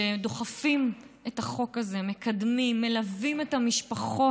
שדוחפים את החוק הזה, מקדמים, מלווים את המשפחות.